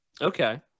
Okay